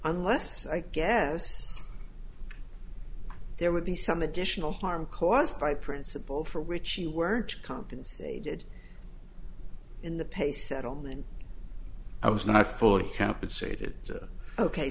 unless i guess there would be some additional harm caused by principle for which she weren't compensated in the pay settlement i was not fully compensated